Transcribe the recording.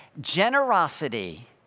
Generosity